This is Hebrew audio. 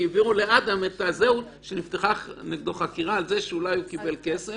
כי העבירו לאדם את המידע שנפתחה נגדו חקירה על כך שהוא קיבל כסף.